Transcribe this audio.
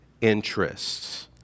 interests